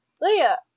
Leah